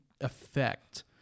affect